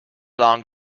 long